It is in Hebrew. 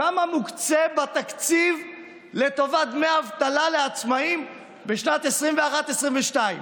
כמה מוקצה בתקציב לטובת דמי אבטלה לעצמאים בשנת 2022-2021?